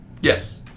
Yes